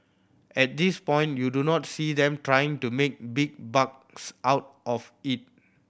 at this point you do not see them trying to make big bucks out of it